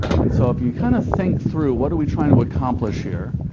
and so if you kind of think through what are we trying to accomplish here,